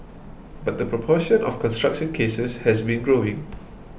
but the proportion of construction cases has been growing